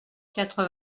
quatre